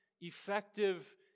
effective